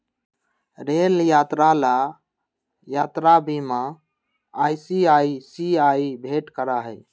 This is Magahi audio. रेल यात्रा ला यात्रा बीमा आई.सी.आई.सी.आई भेंट करा हई